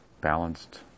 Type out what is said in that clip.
balanced